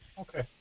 Okay